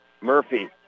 Murphy